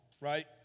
right